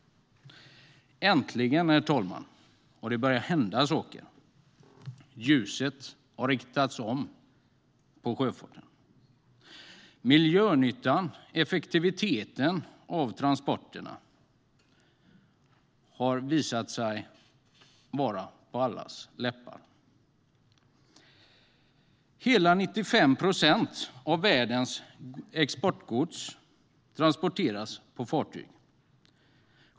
Äntligen, herr talman, har det börjat hända saker! Ljuset har riktats om, mot sjöfarten. Miljönyttan och effektiviteten i transporterna har visat sig vara på allas läppar. Hela 95 procent av världens exportgods transporteras på fartyg.